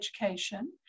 education